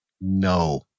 No